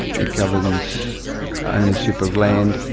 it governs ownership of land.